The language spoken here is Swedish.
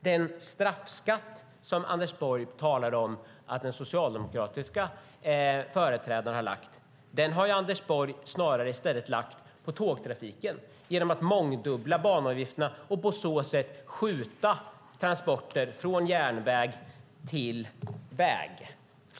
Den straffskatt Anders Borg talar om att socialdemokratiska företrädare har lagt har Anders Borg i stället snarare lagt på tågtrafiken, genom att mångdubbla banavgifterna och på så sätt skjuta transporter från järnväg till väg.